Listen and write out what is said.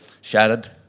shattered